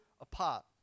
apart